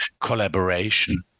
collaboration